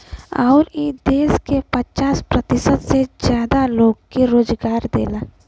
अउर ई देस के पचास प्रतिशत से जादा लोग के रोजगारो देला